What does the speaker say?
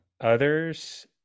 others